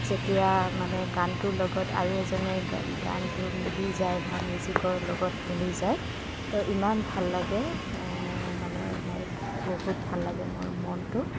যেতিয়া মানে গানটোৰ লগত আৰু এজনে গানটো মিলি যায় বা মিউজিকৰ লগত মিলি যায় তো ইমান ভাল লাগে মানে মই বহুত ভাল লাগে মোৰ মনটো